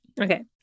okay